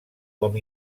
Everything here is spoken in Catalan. com